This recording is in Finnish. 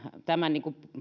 tämän